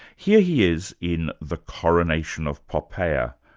here he is in the coronation of poppea,